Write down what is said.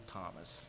Thomas